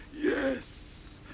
Yes